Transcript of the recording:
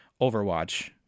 Overwatch